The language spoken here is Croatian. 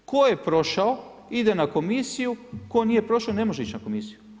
Tko je prošao ide na komisiju, tko nije prošao ne može ići na komisiju.